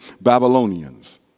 Babylonians